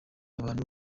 abantu